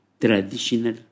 traditional